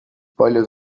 paljud